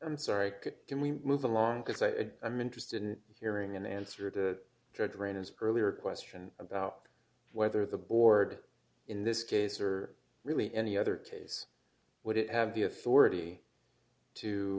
i'm sorry can we move along it's a i'm interested in hearing an answer to judge wright is purley or question about whether the board in this case are really any other case would it have the authority to